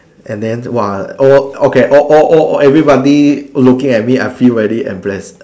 and then !wah! all okay all all all everybody looking at me I feel very embarrass